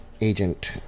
agent